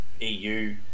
EU